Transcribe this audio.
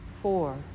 four